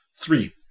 Three